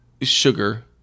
Sugar